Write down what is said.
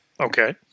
Okay